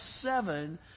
seven